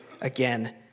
again